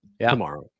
Tomorrow